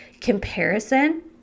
comparison